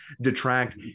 detract